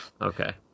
Okay